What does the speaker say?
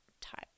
type